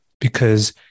because-